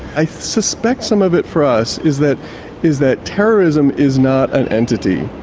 i suspect some of it for us is that is that terrorism is not an entity.